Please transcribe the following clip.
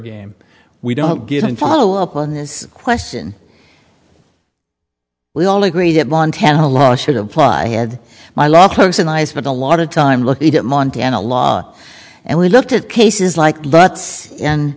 game we don't get in follow up on this question we all agree that montana law should apply had my last post and i spent a lot of time looking at montana law and we looked at cases like butts and